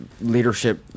leadership